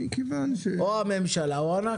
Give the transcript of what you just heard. או הממשלה או אנחנו.